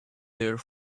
there